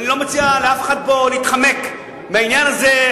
אני לא מציע לאף אחד פה להתחמק מהעניין הזה.